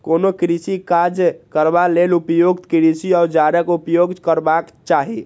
कोनो कृषि काज करबा लेल उपयुक्त कृषि औजारक उपयोग करबाक चाही